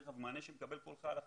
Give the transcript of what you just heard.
דרך אגב, מענה שמקבל כל חייל אחר,